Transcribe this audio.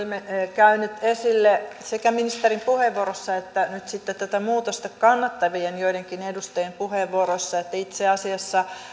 käynyt esille sekä ministerin puheenvuorossa että nyt sitten joidenkin tätä muutosta kannattavien edustajien puheenvuoroissa itse asiassa